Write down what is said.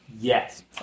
Yes